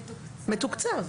מתוקצב.